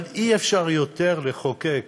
אבל אי-אפשר עוד לחוקק